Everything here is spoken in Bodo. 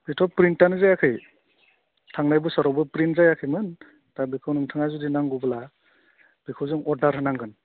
बेथ' प्रिन्टआनो जायाखै थांनाय बोसोरावबो प्रिन्ट जायाखैमोन दा बेखौ जुदि नोंथाङा नांगौब्ला बेखौ जों अर्डार होनांगोन